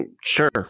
Sure